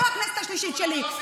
זו הכנסת השלישית שלי.